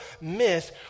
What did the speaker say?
myth